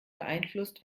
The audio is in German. beeinflusst